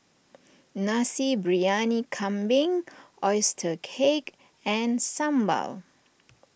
Nasi Briyani Kambing Oyster Cake and Sambal